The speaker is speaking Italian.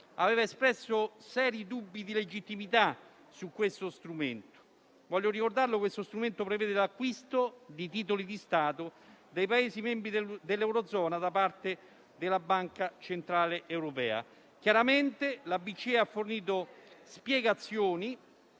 aveva espresso seri dubbi di legittimità su questo strumento. Voglio ricordare che tale strumento prevede l'acquisto di titoli di Stato dei Paesi membri dell'eurozona da parte della Banca centrale europea. Chiaramente la BCE ha fornito spiegazioni